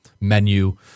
menu